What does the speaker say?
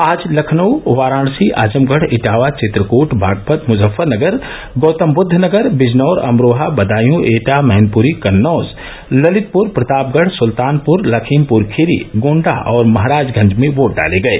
आज लखनऊ वाराणसी आजमगढ इटावा चित्रकट बागपत मजफ्फरनगर गौतम बुद्धनगर बिजनौर अमरोहा बदायू एटा मैनपुरी कन्नौज ललितपुर प्रतापगढ़ सुल्तानपुर लखीमपुर खीरी गोंडा और महाराजगंज में वोट डाले गये